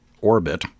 orbit